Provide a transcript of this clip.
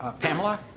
ah pamela